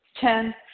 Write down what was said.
Ten